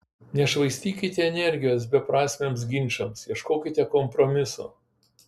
nešvaistykite energijos beprasmiams ginčams ieškokite kompromiso